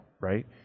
right